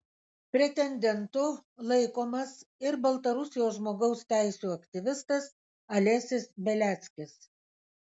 pretendentu laikomas ir baltarusijos žmogaus teisių aktyvistas alesis beliackis